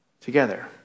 together